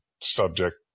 subject